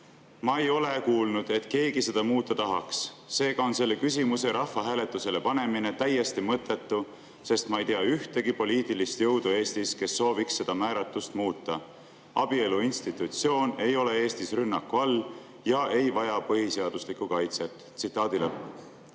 "Ma ei ole kuulnud, et keegi seda muuta tahaks. Seega on selle küsimuse rahvahääletusele panemine täiesti mõttetu, sest ma ei tea ühtegi poliitilist jõudu Eestis, mis sooviks seda määratlust muuta. Abielu institutsioon ei ole Eestis rünnaku all ja ei vaja põhiseaduslikku kaitset." Ometi